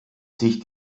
sich